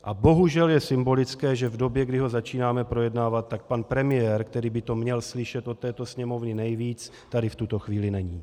A bohužel je symbolické, že v době, kdy ho začínáme projednávat, tak pan premiér, který by to měl slyšet od této Sněmovny nejvíc, tady v tuto chvíli není.